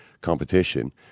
competition